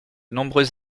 nombreux